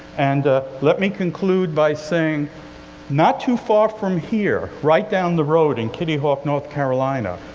and let me conclude by saying not too far from here, right down the road in kittyhawk, north carolina,